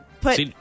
put